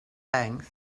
banks